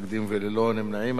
אנחנו מצביעים בקריאה שלישית